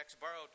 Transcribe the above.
borrowed